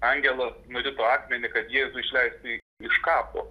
angelas nurito akmenį kad jėzų išleistų iš kapo